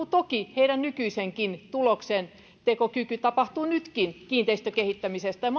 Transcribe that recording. toki vrn nykyisenkin tuloksen teko tapahtuu kiinteistökehittämisellä ja ja